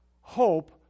Hope